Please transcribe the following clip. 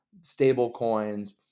stablecoins